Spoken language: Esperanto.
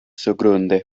surgrunde